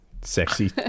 Sexy